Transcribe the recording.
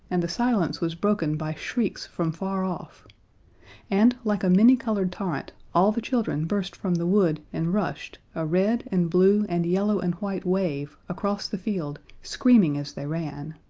and the silence was broken by shrieks from far off and, like a many-colored torrent, all the children burst from the wood and rushed, a red and blue and yellow and white wave, across the field, screaming as they ran.